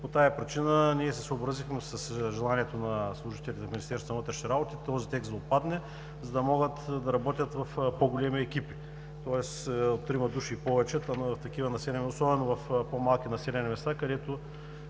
По тази причина ние се съобразихме с желанието на служителите от Министерството на вътрешните работи този текст да отпадне, за да могат да работят в по-големи екипи. Тоест, трима и повече души в такива населени места, особено